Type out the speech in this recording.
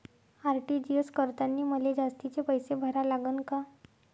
RTGS करतांनी मले जास्तीचे पैसे भरा लागन का?